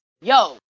Yo